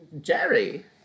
Jerry